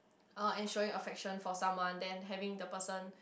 uh and show you affection for someone then having the person